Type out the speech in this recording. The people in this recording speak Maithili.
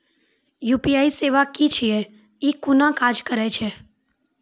यु.पी.आई सेवा की छियै? ई कूना काज करै छै?